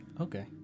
Okay